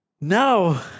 Now